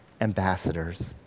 ambassadors